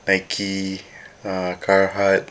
Nike uh Carhartt